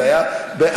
זה היה בעד,